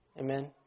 Amen